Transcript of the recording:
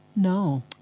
No